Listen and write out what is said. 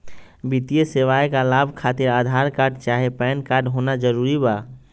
वित्तीय सेवाएं का लाभ खातिर आधार कार्ड चाहे पैन कार्ड होना जरूरी बा?